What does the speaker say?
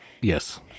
Yes